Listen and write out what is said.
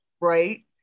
right